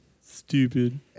Stupid